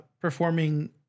performing